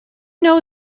know